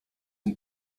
and